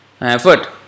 effort